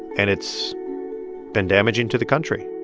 and it's been damaging to the country